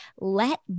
let